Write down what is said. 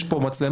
יש כאן מצלמה,